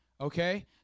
okay